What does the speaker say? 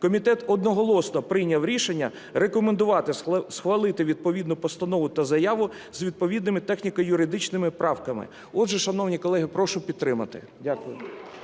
Комітет одноголосно прийняв рішення рекомендувати, схвалити відповідну постанову та заяву з відповідними техніко-юридичними правками. Отже, шановні колеги, прошу підтримати. Дякую.